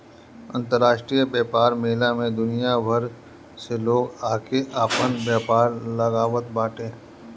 अंतरराष्ट्रीय व्यापार मेला में दुनिया भर से लोग आके आपन व्यापार लगावत बाटे